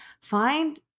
find